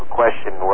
question